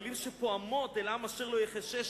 המלים אשר פועמות: "אל עם אשר לא יחשה,